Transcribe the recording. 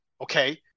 Okay